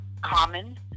Common